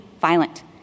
violent